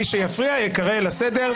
מי שיפריע יקרא לסדר.